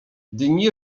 dni